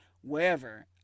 wherever